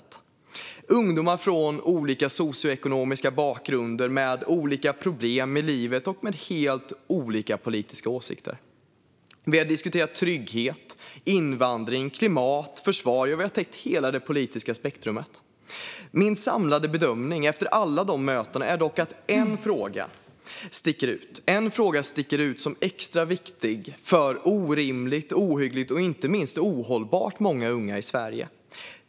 Det handlar om ungdomar från olika socioekonomiska bakgrunder, med olika problem i livet och med olika politiska åsikter. Vi har diskuterat trygghet, invandring, klimat och försvar. Vi har täckt hela det politiska spektrumet. Efter alla dessa möten är dock min samlade bedömning att en fråga sticker ut som extra viktig för orimligt, ohyggligt och inte minst ohållbart många unga i Sverige.